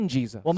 Jesus